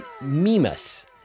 Mimas